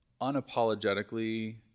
unapologetically